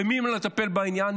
ומי לא מטפל בעניין?